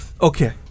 Okay